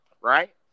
right